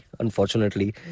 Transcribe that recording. Unfortunately